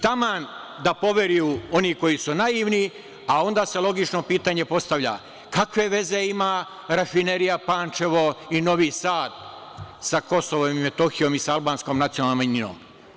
Taman da poveruju oni koji su naivni, a onda se logično pitanje postavlja – kakve veze ima Rafinerija Pančevo i Novi Sad sa Kosovom i Metohijom i sa albanskom nacionalnom manjinom?